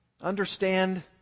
Understand